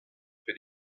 für